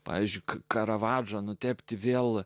pavyzdžiui karavadžo nutepti vėl